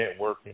networking